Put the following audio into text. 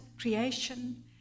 creation